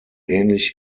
ähnlich